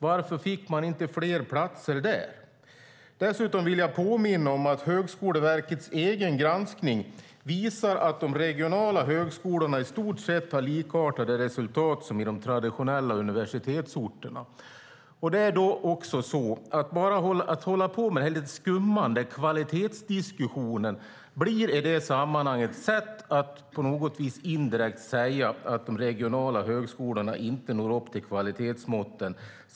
Varför fick man inte fler platser där? Dessutom vill jag påminna om att Högskoleverkets egen granskning visar att de regionala högskolorna i stort sett har resultat som är likvärdiga med de traditionella universitetsorterna. Att bara hålla på med en skummande kvalitetsdiskussion blir i det sammanhanget att indirekt säga att de regionala högskolorna inte når upp till kvalitetsmåtten.